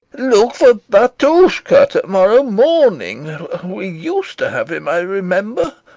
look for batushka to-morrow morning we used to have him, i remember.